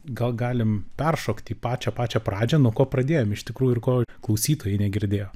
gal galim peršokti į pačią pačią pradžią nuo ko pradėjom iš tikrųjų ir ko klausytojai negirdėjo